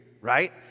right